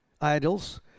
idols